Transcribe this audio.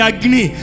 Agni